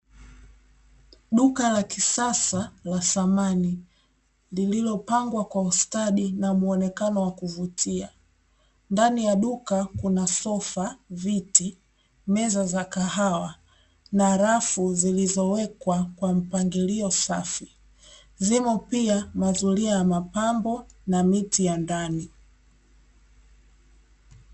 Duka la kisasa la thamani lililopangwa kwa ustadi na muonekano wa kuvutia. Ndani ya duka kuna sofa, viti, meza za kahawa na rafu zilizowekwa kwa mpangilio safi. Zimo pia mazulia ya mapambo na miti ya ndani.